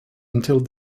until